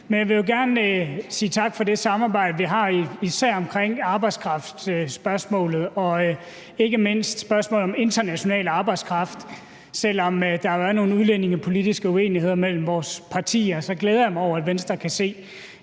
Men jeg vil gerne sige tak for det samarbejde, vi har, især omkring arbejdskraftspørgsmålet og ikke mindst spørgsmålet om international arbejdskraft. Selv om der har været nogle udlændingepolitiske uenigheder mellem vores partier, glæder jeg mig over, at Venstre kan se,